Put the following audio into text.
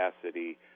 capacity